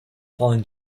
fallen